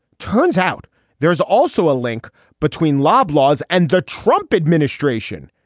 turns out there's also a link between loblaws and the trump administration.